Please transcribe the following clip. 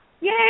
Yay